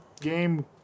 game